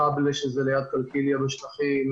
חבלה שזה ליד קלקיליה בשטחים,